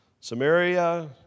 Samaria